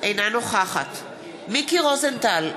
אינה נוכחת מיקי רוזנטל,